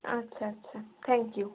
আচ্ছা আচ্ছা thank you